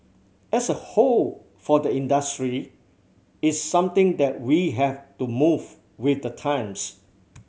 as a whole for the industry it's something that we have to move with the times